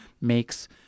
makes